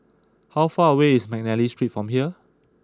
how far away is McNally Street from here